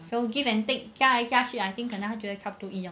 so give and take 加来加去 I think 可能他觉得差不多一样